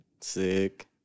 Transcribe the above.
Sick